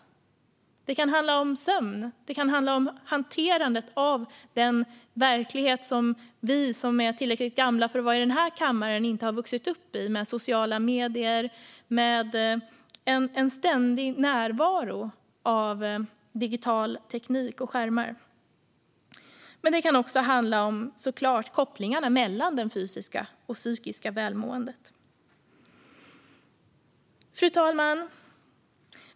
Det kan handla om sömn och om att hantera den verklighet som vi som är tillräckligt gamla för att vara i denna kammare inte har vuxit upp i, nämligen sociala medier och den ständiga närvaron av digital teknik och skärmar. Det kan såklart också handla om kopplingarna mellan det fysiska och det psykiska välmåendet. Fru talman!